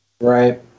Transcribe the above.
right